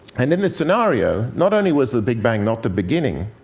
and in this scenario, not only was the big bang not the beginning,